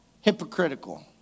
hypocritical